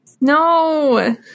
no